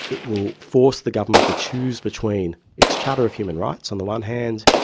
it will force the government to choose between its charter of human rights on the one hand,